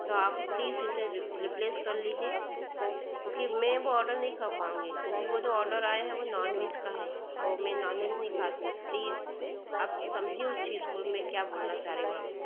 तो आप प्लीज़ इसे रेप्लेस कर लीजिए क्योंकि मैं वो ओडर नहीं खा पाऊंगी क्योंकि वो जो ओडर आया है वो नॉनवेज का है और मैं नहीं खाती हूँ प्लीज़ आप समझिए उस चीज़ को मैं क्या बोलना चाह रही हूँ आप को